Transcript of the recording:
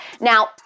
Now